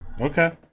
Okay